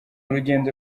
urugendo